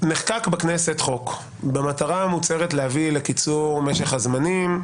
שנחקק בכנסת חוק במטרה המוצהרת להביא לקיצור משך הזמנים,